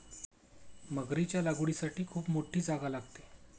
मगरीच्या लागवडीसाठी खूप मोठी जागा लागते